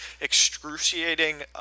excruciating